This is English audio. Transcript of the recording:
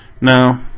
now